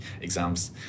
exams